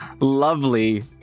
lovely